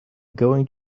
going